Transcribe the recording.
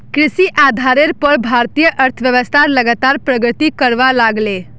कृषि आधारेर पोर भारतीय अर्थ्वैव्स्था लगातार प्रगति करवा लागले